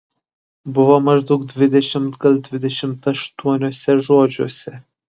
buvo maždaug dvidešimt gal dvidešimt aštuoniuose žodžiuose